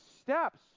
steps